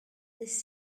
this